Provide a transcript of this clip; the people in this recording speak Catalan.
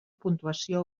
puntuació